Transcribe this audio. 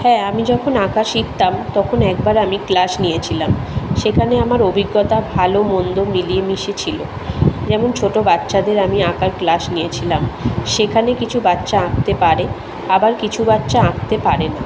হ্যাঁ আমি যখন আঁকা শিখতাম তখন একবার আমি ক্লাস নিয়েছিলাম সেখানে আমার অভিজ্ঞতা ভালো মন্দ মিলিয়ে মিশিয়ে ছিলো যেমন ছোটো বাচ্চাদের আমি আঁকার ক্লাস নিয়েছিলাম সেখানে কিছু বাচ্চা আঁকতে পারে আবার কিছু বাচ্চা আঁকতে পারে না